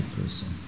person